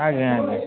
ଆଜ୍ଞା ଆଜ୍ଞା